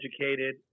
educated